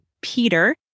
Peter